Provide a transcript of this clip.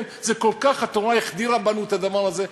זה כל כך, התורה החדירה בנו את הדבר הזה.